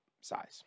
size